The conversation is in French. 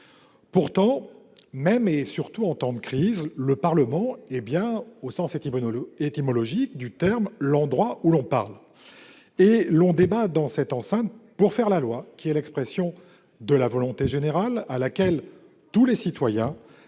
Pourtant, même et surtout en temps de crise, le Parlement est bien, au sens étymologique du terme, l'endroit où l'on parle. Dans cette enceinte, on débat pour faire la loi, l'expression de la volonté générale à laquelle tous les citoyens